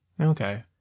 Okay